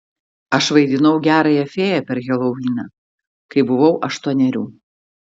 aš vaidinau gerąją fėją per heloviną kai buvau aštuonerių